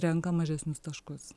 renka mažesnius taškus